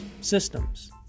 systems